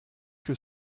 que